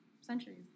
centuries